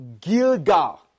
Gilgal